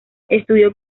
estudió